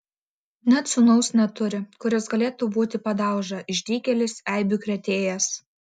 net sūnaus neturi kuris galėtų būti padauža išdykėlis eibių krėtėjas